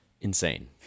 Insane